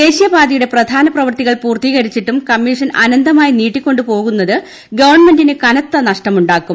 ദേശീയപാതയുടെ പ്രധാന പ്രവൃത്തികൾ പൂർത്തീകരിച്ചിട്ടും കമ്മീഷൻ അനന്തമായി നീട്ടിക്കൊണ്ടുപോകുന്നത് ഗവൺമെന്റിന് കനത്ത നഷ്ടമുണ്ടാക്കും